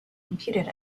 computed